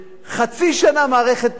חצי שנה מערכת בחירות,